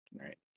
right